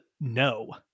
no